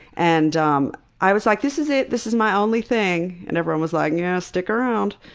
and um i was like, this is it. this is my only thing. and everyone was like, yeah, stick around.